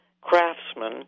craftsmen